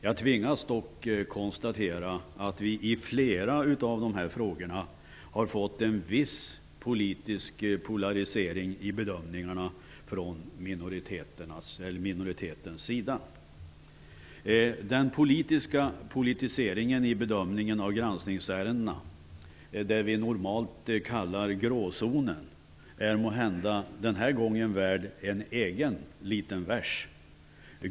Jag tvingas dock konstatera att det i flera av dessa frågor har gjorts en viss politisk polarisering i bedömningarna från minoritetens sida. Den politiska polariseringen i bedömningen av de granskningsärenden som vi normalt kallar gråzoner är måhända den här gången värd en egen liten vers.